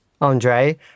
Andre